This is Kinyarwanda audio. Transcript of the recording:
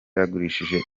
yagurishije